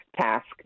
task